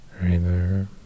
River